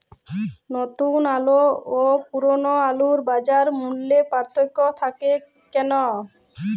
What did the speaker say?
নতুন আলু ও পুরনো আলুর বাজার মূল্যে পার্থক্য থাকে কেন?